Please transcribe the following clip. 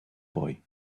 boy